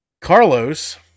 Carlos